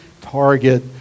target